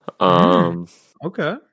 Okay